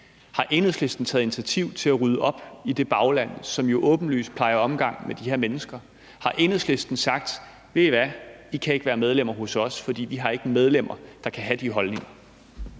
Har Enhedslisten taget initiativ til at rydde op i det bagland, som jo åbenlyst plejer omgang med de her mennesker? Har Enhedslisten sagt: Ved I hvad – I kan ikke være medlemmer hos os, for vi har ikke medlemmer, der kan have de holdninger?